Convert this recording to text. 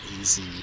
easy